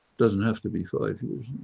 doesn't have to be five years,